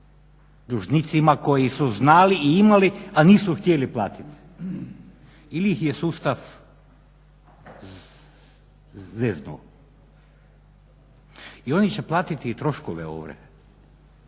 dužnicima koji su znali i imali a nisu htjeli platiti ili ih je sustav zeznuo? I oni će platiti i troškove ovrhe